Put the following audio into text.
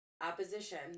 opposition